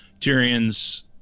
Tyrion's